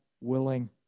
willing